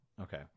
Okay